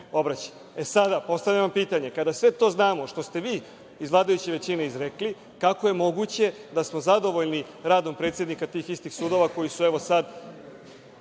vam postavljam pitanje - kada sve to znamo što ste vi iz vladajuće većine izrekli, kako je moguće da smo zadovoljni radom predsednika tih istih sudova koji su evo sad